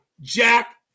Jack